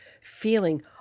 feeling